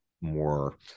more